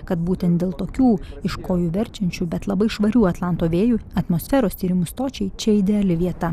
kad būtent dėl tokių iš kojų verčiančių bet labai švarių atlanto vėjų atmosferos tyrimų stočiai čia ideali vieta